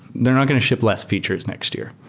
they're not going to ship less features next year.